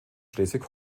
schleswig